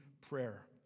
prayer